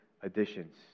additions